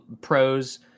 pros